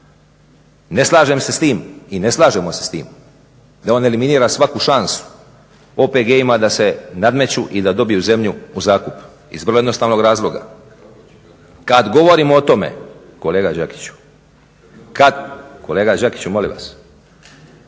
Ne slažem se s tim i ne slažemo se s tim da on eliminira svaku šansu OPG-ima da se nadmeću i da dobiju zemlju u zakup iz vrlo jednostavnog razloga. Kada govorimo o tome kolega Đakiću molim vas,